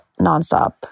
nonstop